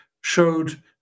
showed